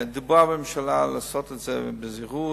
דובר בממשלה לעשות את זה בזירוז,